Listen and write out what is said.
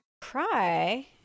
Cry